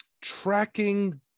tracking